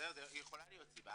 זו יכולה להיות סיבה,